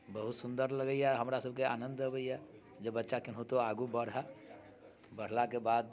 बहुत सुन्दर लगैए हमरासभके आनन्द अबैए जे बच्चा केनाहुतो आगू बढ़ए बढ़लाके बाद